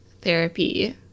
therapy